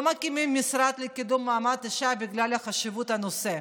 לא מקימים משרד לקידום מעמד האישה בגלל חשיבות הנושא,